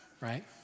right